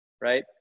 right